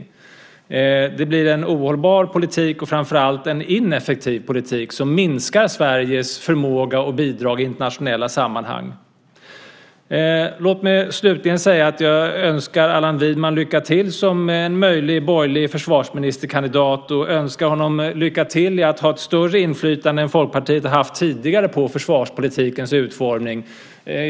Det blir en ohållbar politik och framför allt en ineffektiv politik som minskar Sveriges förmåga att bidra i internationella sammanhang. Låt mig slutligen säga att jag önskar Allan Widman lycka till som en möjlig borgerlig försvarsministerkandidat, och jag önskar honom lycka till med att ha ett större inflytande än vad Folkpartiet har haft tidigare på försvarspolitikens utformning.